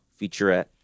featurette